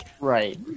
right